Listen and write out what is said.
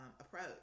approach